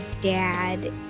dad